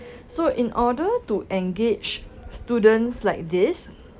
so in order to engage students like this